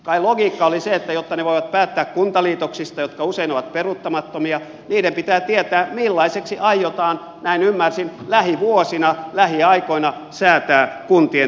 kai logiikka oli se että jotta ne voivat päättää kuntaliitoksista jotka usein ovat peruuttamattomia niiden pitää tietää millaisiksi aiotaan näin ymmärsin lähivuosina lähiaikoina säätää kun tien tehtävät